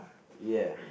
ya